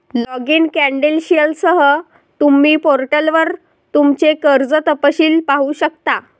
login क्रेडेंशियलसह, तुम्ही पोर्टलवर तुमचे कर्ज तपशील पाहू शकता